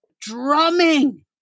Drumming